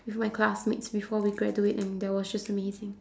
with my classmates before we graduate and that was just amazing